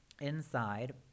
inside